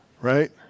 right